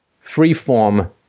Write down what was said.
free-form